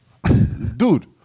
Dude